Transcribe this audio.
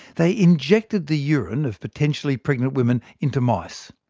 they injected the urine of potentially pregnant women into mice,